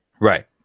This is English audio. Right